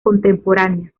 contemporáneas